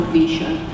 vision